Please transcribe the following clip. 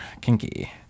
Kinky